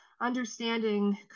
understanding